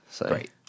Great